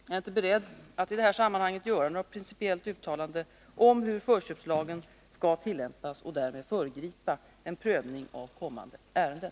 Jag är inte beredd att i detta sammanhang göra något principiellt uttalande om hur förköpslagen skall tillämpas och därmed föregripa en prövning av kommande ärenden.